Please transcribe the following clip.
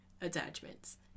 attachments